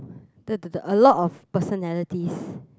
the the the a lot of personalities